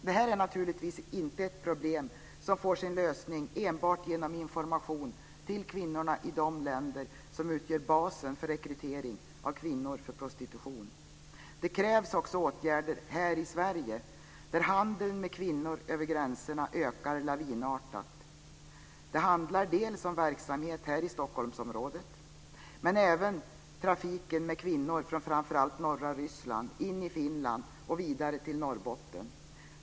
Det här är naturligtvis ett problem som inte får sin lösning enbart genom information till kvinnorna i de länder som utgör basen för rekrytering av kvinnor för prostitution. Det krävs också åtgärder här i Sverige, där handeln med kvinnor över gränserna ökar lavinartat. Det handlar om verksamhet här i Stockholmsområdet, men även om trafiken med kvinnor från framför allt norra Ryssland in i Finland och vidare till Norrbotten.